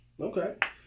Okay